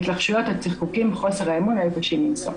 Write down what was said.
ההתלחשויות, הצחקוקים וחוסר האמון היו קשים מנשוא,